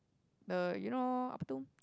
the you know up two